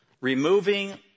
removing